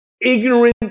ignorant